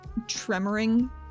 tremoring